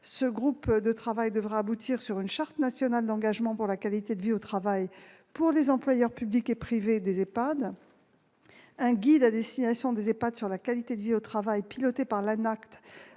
ce secteur, qui devra rédiger une charte nationale d'engagement pour la qualité de vie au travail pour les employeurs publics et privés des EHPAD. Un guide à destination des EHPAD sur la qualité de vie au travail, piloté par l'Agence